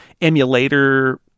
emulator